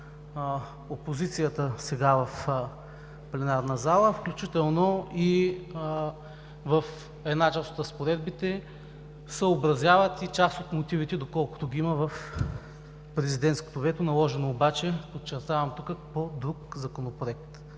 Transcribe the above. на опозицията сега в пленарната зала, включително и в една част от разпоредбите, съобразяват и част от мотивите, доколкото ги има в президентското вето, наложено обаче – подчертавам тук, по друг Законопроект.